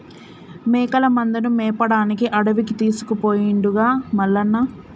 మేకల మందను మేపడానికి అడవికి తీసుకుపోయిండుగా మల్లన్న